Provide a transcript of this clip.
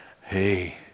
hey